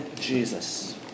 Jesus